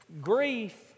Grief